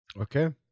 okay